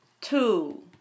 two